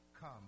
Come